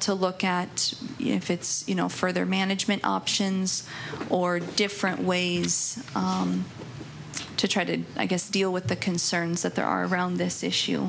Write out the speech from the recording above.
to look at if it's you know further management options or different ways to try to i guess deal with the concerns that there are around this issue